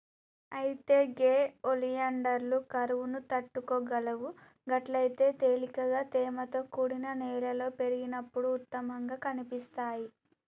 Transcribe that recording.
అయితే గే ఒలియాండర్లు కరువును తట్టుకోగలవు గట్లయితే తేలికగా తేమతో కూడిన నేలలో పెరిగినప్పుడు ఉత్తమంగా కనిపిస్తాయి